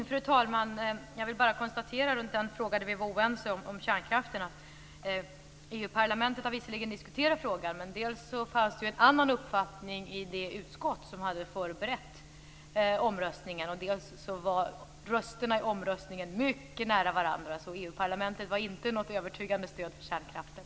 Fru talman! Jag vill bara konstatera om den fråga vi var oense om, nämligen kärnkraften, att EU parlamentet visserligen har diskuterat frågan. Dels fanns det en annan uppfattning i det utskott som hade förberett omröstningen, dels var rösterna i omröstningen mycket nära varandra. EU-parlamentet är inte något övertygande stöd för kärnkraften.